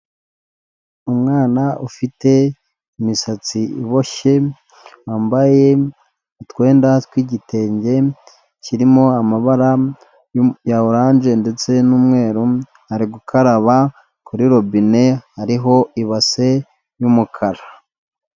Umwana ufite imisatsi iboshye; wambaye utwenda tw'igitenge kirimo amabara ya orange ndetse n'umweru, ari gukaraba kuri robine hariho ibase y'umukara.